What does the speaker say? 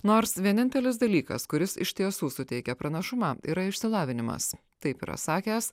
nors vienintelis dalykas kuris iš tiesų suteikia pranašumą yra išsilavinimas taip yra sakęs